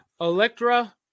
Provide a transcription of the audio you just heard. Electra